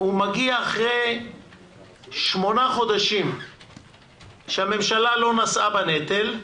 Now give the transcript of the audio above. הוא מגיע אחרי שמונה חודשים שהממשלה לא נשאה בנטל.